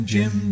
Jim